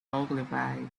ogilvy